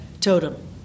totem